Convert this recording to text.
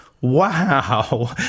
wow